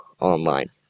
online